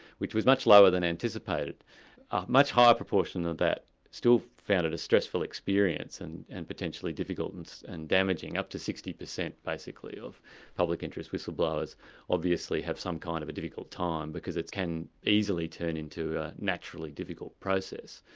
which was much lower than anticipated. a much higher proportion of that still found it a stressful experience and and potentially difficult and and damaging up to sixty percent basically of public interest whistleblowers obviously have some kind of a difficult time, because it can easily turn into a naturally difficult process.